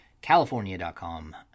california.com